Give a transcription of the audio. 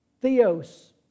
Theos